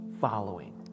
following